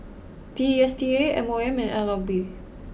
D S T A M O M and N L B